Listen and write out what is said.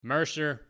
Mercer